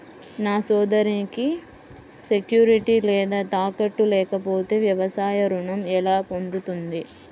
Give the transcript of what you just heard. నా సోదరికి సెక్యూరిటీ లేదా తాకట్టు లేకపోతే వ్యవసాయ రుణం ఎలా పొందుతుంది?